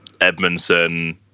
Edmondson